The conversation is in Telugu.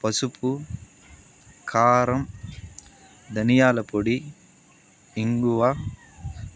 పసుపు కారం ధనియాల పొడి ఇంగువ